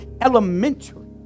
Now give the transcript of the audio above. elementary